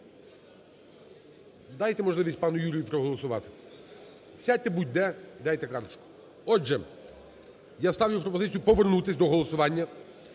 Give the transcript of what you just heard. Дайте можливість пану Юрію проголосувати. Сядьте будь-де, дайте карточку. Отже, я ставлю пропозицію повернутися до голосування